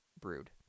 brood